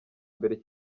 mbere